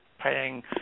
paying